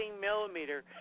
millimeter